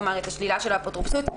את השלילה של האפוטרופסות.